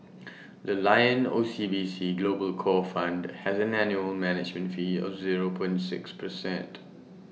the lion O C B C global core fund has an annual management fee of zero point six percent